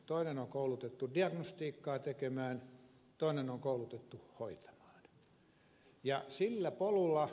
toinen on koulutettu diagnostiikkaa tekemään toinen on koulutettu hoitamaan